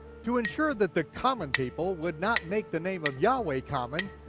to ensure that the common people would not make the name of yahweh common,